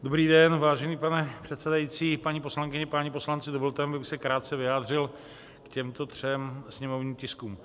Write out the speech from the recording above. Dobrý den, vážený pane předsedající, paní poslankyně, páni poslanci, dovolte mi, abych se krátce vyjádřil k těmto třem sněmovním tiskům.